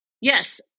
Yes